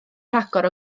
rhagor